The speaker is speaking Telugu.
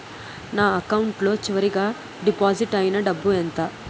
నా అకౌంట్ లో చివరిగా డిపాజిట్ ఐనా డబ్బు ఎంత?